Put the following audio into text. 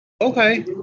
Okay